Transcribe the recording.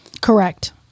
correct